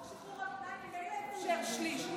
חוק שחרור על תנאי ממילא אפשר שליש.